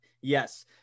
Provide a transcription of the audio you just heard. Yes